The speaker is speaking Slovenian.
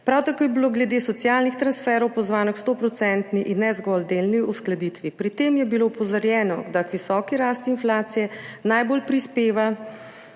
Prav tako je bilo glede socialnih transferjev pozvano k 100-odstotni in ne zgolj delni uskladitvi. Pri tem je bilo opozorjeno, da k visoki rasti inflacije najbolj prispeva